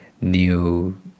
new